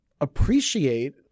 appreciate